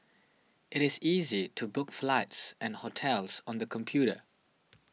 it is easy to book flights and hotels on the computer